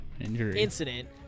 incident